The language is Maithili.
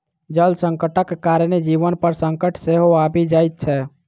जल संकटक कारणेँ जीवन पर संकट सेहो आबि जाइत छै